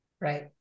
Right